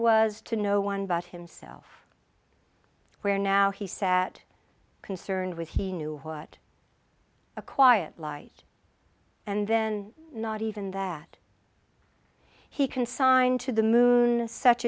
was to no one but himself where now he sat concerned with he knew what a quiet light and then not even that he consigned to the moon such